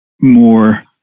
more